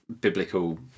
biblical